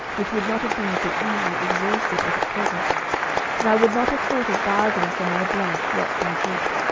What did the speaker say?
which would not have been so easily exhausted as at present and i would not have thought of bargaining for my blood, drop by drop.